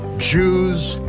jews,